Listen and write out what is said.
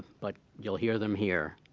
but you'll hear them here.